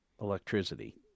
electricity